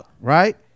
Right